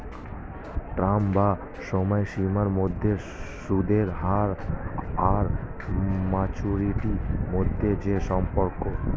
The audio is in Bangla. টার্ম বা সময়সীমার মধ্যে সুদের হার আর ম্যাচুরিটি মধ্যে যে সম্পর্ক